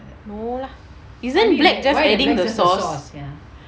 no lah isn't black just adding the sauce